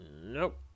Nope